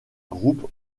groupe